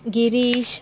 Girish